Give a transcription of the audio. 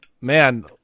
man